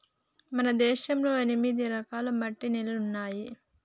మన దేశంలో ఎనిమిది రకాల మట్టి నేలలున్నాయి